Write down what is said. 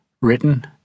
Written